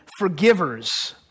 forgivers